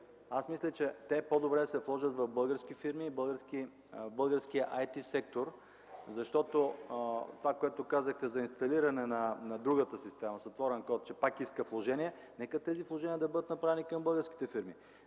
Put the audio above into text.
мисля, че по-добре е те да се вложат в български фирми и българския IT сектор. Това, което казахте за инсталиране на другата система с отворен код, все пак иска вложение. Нека тези вложения да бъдат направени към българските фирми.